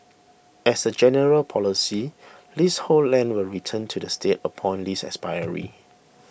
as a general policy leasehold land will return to the state upon lease expiry